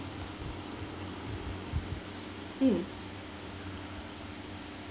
mm